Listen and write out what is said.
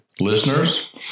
Listeners